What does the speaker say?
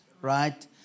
right